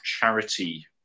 charity